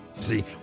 See